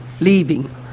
leaving